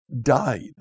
died